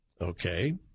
Okay